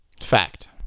Fact